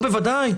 בוודאי.